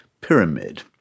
pyramid